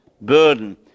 burden